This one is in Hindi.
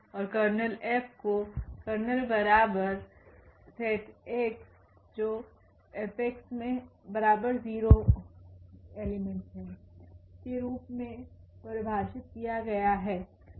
और कर्नेल F कोKer𝑥∈𝐹𝑥0 केरूप में परिभाषित किया गया है